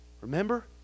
Remember